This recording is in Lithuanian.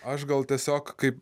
aš gal tiesiog kaip